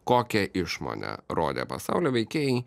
kokią išmonę rodė pasaulio veikėjai